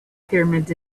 pyramids